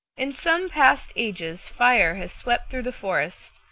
in some past ages fire has swept through the forest,